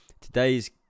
today's